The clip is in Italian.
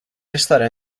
restare